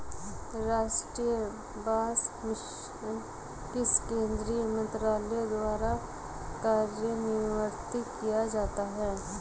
राष्ट्रीय बांस मिशन किस केंद्रीय मंत्रालय द्वारा कार्यान्वित किया जाता है?